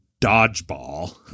Dodgeball